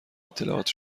اطلاعات